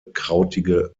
krautige